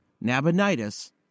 Nabonidus